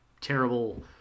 terrible